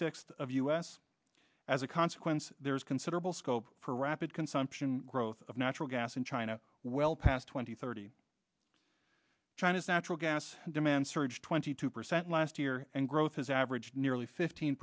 sixth of us as a consequence there is considerable scope for rapid consumption growth of natural gas in china well past twenty thirty china's natural gas demand surged twenty two percent last year and growth has averaged nearly fifteen